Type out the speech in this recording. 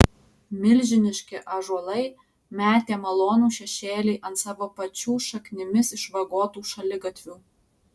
milžiniški ąžuolai metė malonų šešėlį ant savo pačių šaknimis išvagotų šaligatvių